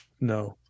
no